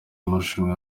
amarushanwa